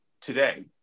today